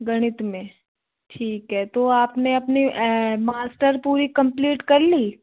गणित में ठीक है तो अपने अपनी मास्टर पूरी कम्प्लीट कर ली